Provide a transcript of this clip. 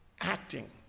acting